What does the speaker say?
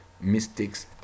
mistakes